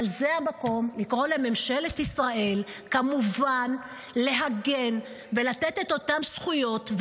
אבל זה המקום לקרוא לממשלת ישראל כמובן להגן ולתת את אותן זכויות,